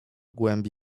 głębi